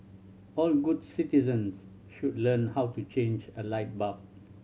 all good citizens should learn how to change a light bulb